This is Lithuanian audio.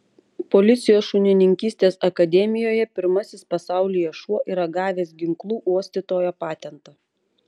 policijos šunininkystės akademijoje pirmasis pasaulyje šuo yra gavęs ginklų uostytojo patentą